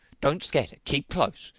don't scatter. keep close.